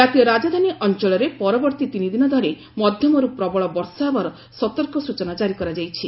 ଜାତୀୟ ରାଜଧାନୀ ଅଞ୍ଚଳରେ ପରବର୍ତ୍ତୀ ତିନିଦିନ ଧରି ମଧ୍ୟମରୁ ପ୍ରବଳ ବର୍ଷା ହେବାର ସତର୍କ ସ୍ରଚନା ଜାରି କରାଯାଇଛି